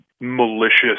malicious